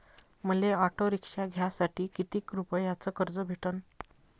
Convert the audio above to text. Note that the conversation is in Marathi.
मले ऑटो रिक्षा घ्यासाठी कितीक रुपयाच कर्ज भेटनं?